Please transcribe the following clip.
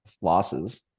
losses